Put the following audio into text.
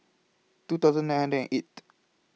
two thousand nine hundred and eight